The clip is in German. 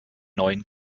neuen